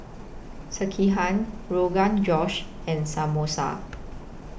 Sekihan Rogan Josh and Samosa